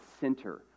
center